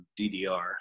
DDR